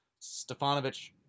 Stefanovic